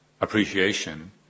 appreciation